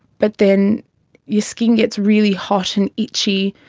but then your skin gets really hot and itchy,